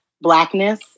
Blackness